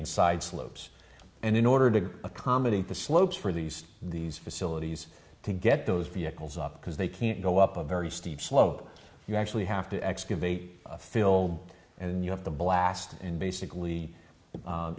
inside slopes and in order to accommodate the slopes for these these facilities to get those vehicles up because they can't go up a very steep slope you actually have to excavate fill and you have the blast and basically